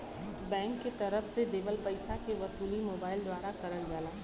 bank के तरफ से देवल पइसा के वसूली मोबाइल द्वारा करल जाला